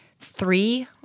three